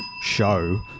Show